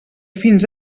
fins